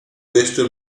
questo